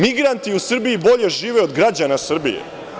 Migranti u Srbiji bolje žive od građana Srbije.